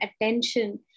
attention